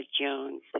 Jones